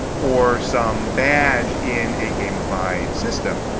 or some badge in a gamified system.